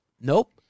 nope